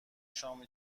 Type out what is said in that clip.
شام